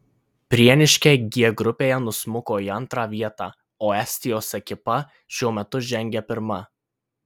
prieniškiai g grupėje nusmuko į antrą vietą o estijos ekipa šiuo metu žengia pirma